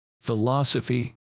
philosophy